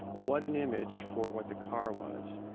what an image for what the car was,